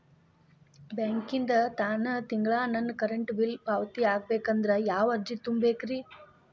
ಬ್ಯಾಂಕಿಂದ ತಾನ ತಿಂಗಳಾ ನನ್ನ ಕರೆಂಟ್ ಬಿಲ್ ಪಾವತಿ ಆಗ್ಬೇಕಂದ್ರ ಯಾವ ಅರ್ಜಿ ತುಂಬೇಕ್ರಿ?